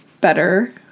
better